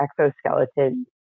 exoskeleton